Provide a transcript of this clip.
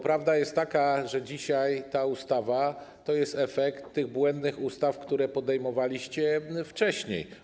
Prawda jest taka, że dzisiaj ta ustawa to jest efekt tych błędnych ustaw, które przyjmowaliście wcześniej.